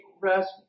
rest